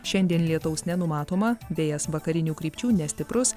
šiandien lietaus nenumatoma vėjas vakarinių krypčių nestiprus